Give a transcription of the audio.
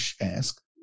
ask